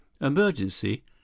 Emergency